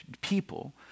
people